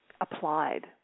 applied